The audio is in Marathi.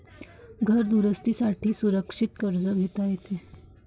घर दुरुस्ती साठी असुरक्षित कर्ज घेता येते